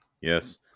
Yes